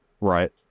right